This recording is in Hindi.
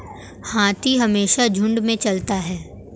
हाथी हमेशा झुंड में चलता है